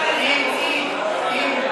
להם צ'אנס.